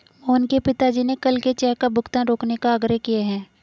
मोहन के पिताजी ने कल के चेक का भुगतान रोकने का आग्रह किए हैं